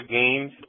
games